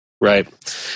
Right